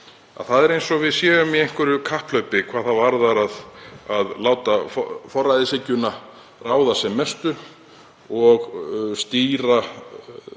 það er eins og við séum í einhverju kapphlaupi við að láta forræðishyggjuna ráða sem mestu og stýra þeim